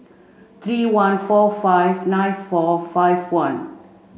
three one four five nine four five one